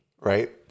right